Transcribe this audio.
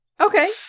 Okay